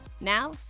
Now